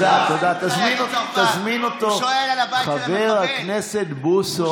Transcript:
לא נהוג להפריע בשאילתות, חבר הכנסת בוסו.